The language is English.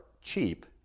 cheap